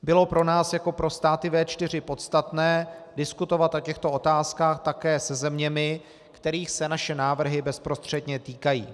Bylo pro nás jako pro státy V4 podstatné diskutovat o těchto otázkách také se zeměmi, kterých se naše návrhy bezprostředně týkají.